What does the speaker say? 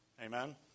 Amen